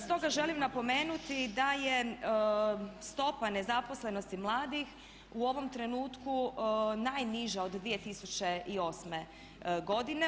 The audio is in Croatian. Stoga želim napomenuti da je stopa nezaposlenosti mladih u ovom trenutku najniža od 2008. godine.